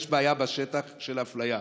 יש בשטח בעיה של אפליה,